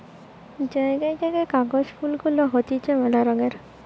জায়গায় জায়গায় কাগজ ফুল গুলা হতিছে মেলা রঙের